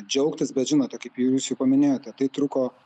džiaugtis bet žinote kaip jau jūs paminėjote tai truko